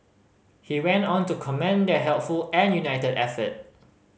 he went on to commend their helpful and united effort